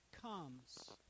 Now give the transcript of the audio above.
comes